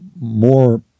more